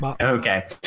Okay